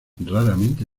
raramente